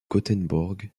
göteborg